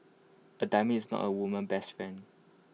A diamond is not A woman's best friend